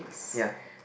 ya